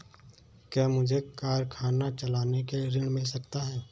क्या मुझे कारखाना चलाने के लिए ऋण मिल सकता है?